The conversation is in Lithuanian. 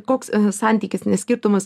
koks santykis ne skirtumas